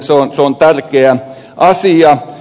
se on tärkeä asia